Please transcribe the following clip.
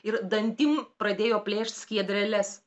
ir dantim pradėjo plėšt skiedreles